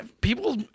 people